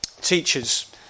teachers